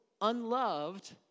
unloved